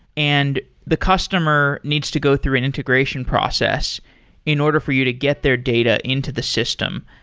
and the customer needs to go through an integration process in order for you to get their data into the system.